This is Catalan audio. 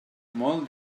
molt